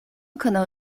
可能